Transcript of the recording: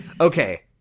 Okay